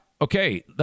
okay